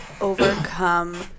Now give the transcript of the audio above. overcome